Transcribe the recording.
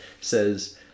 says